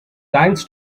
thanks